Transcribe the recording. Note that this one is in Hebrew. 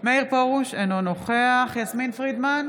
מאיר פרוש, אינו נוכח יסמין פרידמן,